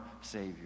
Savior